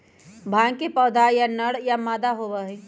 भांग के पौधा या नर या मादा होबा हई